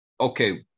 okay